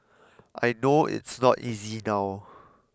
I know it's not easy now